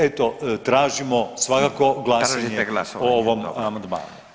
Eto tražimo svakako glasovanje o ovom amandmanu.